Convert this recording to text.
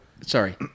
sorry